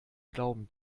glauben